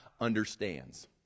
understands